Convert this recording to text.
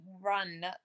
run